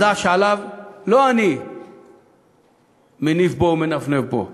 מדע שלא אני מנפנף בו פה,